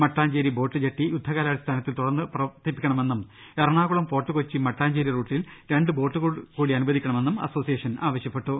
Mattancherry boat jetty യുദ്ധകാലാടിസ്ഥാ നത്തിൽ തുറന്ന് പ്രവർത്തിപ്പിക്കണമെന്നും എറണാകുളം ഫോർട്ട് കൊച്ചി മട്ടാഞ്ചേരി റൂട്ടിൽ രണ്ടു ബോട്ടുകൾ കൂടി അനുവദിക്കണ മെന്നും അസോസിയേഷൻ ആവശ്യപ്പെട്ടു